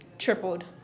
tripled